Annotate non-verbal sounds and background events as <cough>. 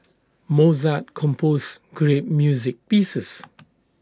Mozart composed great music pieces <noise>